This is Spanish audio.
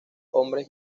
hombres